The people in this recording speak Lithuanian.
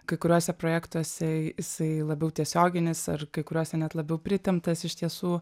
kai kuriuose projektuose jisai labiau tiesioginis ar kai kuriuos net labiau pritemptas iš tiesų